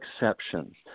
exceptions